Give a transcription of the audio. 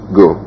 go